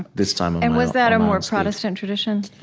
this time and was that a more protestant tradition?